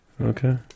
Okay